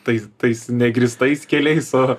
tais tais negrįstais keliais o